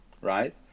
right